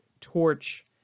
Torch